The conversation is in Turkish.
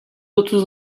otuz